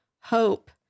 hope